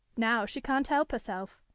now she can't help herself.